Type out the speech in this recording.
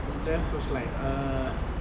he just was like err